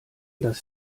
das